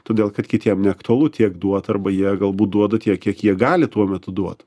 todėl kad kitiem neaktualu tiek duoti arba jie galbūt duoda tiek kiek jie gali tuo metu duoti